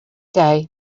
day